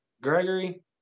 Gregory